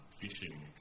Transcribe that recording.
fishing